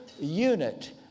unit